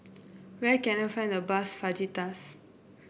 where can I find the bus Fajitas